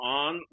on